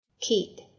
Kid